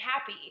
happy